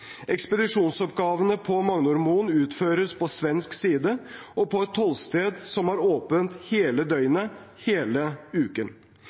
Ekspedisjonsoppgavene på Magnormoen utføres på svensk side og på et tollsted som har åpent hele døgnet, hele uken.